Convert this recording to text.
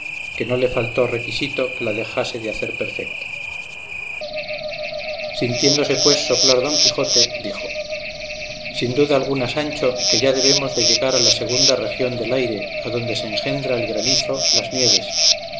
que no le faltó requisito que la dejase de hacer perfecta sintiéndose pues soplar don quijote dijo sin duda alguna sancho que ya debemos de llegar a la segunda región del aire adonde se engendra el granizo las nieves